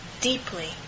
deeply